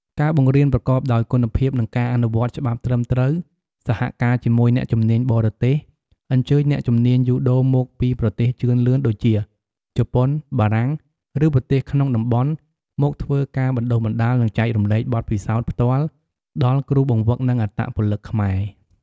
ការបង្រៀនប្រកបដោយគុណភាព និងការអនុវត្តច្បាប់ត្រឹមត្រូវ សហការជាមួយអ្នកជំនាញបរទេសអញ្ជើញអ្នកជំនាញយូដូមកពីប្រទេសជឿនលឿនដូចជា ជប៉ុន បារាំង ឬប្រទេសក្នុងតំបន់ មកធ្វើការបណ្តុះបណ្តាល និងចែករំលែកបទពិសោធន៍ផ្ទាល់ដល់គ្រូបង្វឹក និងអត្តពលិកខ្មែរ ។